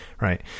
right